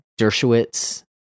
Dershowitz